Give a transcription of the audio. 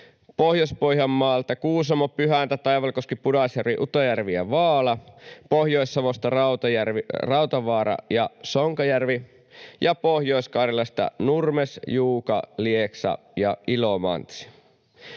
Pohjois-Pohjanmaalta Kuusamo, Pyhäntä, Taivalkoski, Pudasjärvi, Utajärvi ja Vaala, Pohjois-Savosta Rautavaara ja Sonkajärvi ja Pohjois-Karjalasta Nurmes, Juuka, Lieksa ja Ilomantsi.